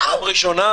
ואוו.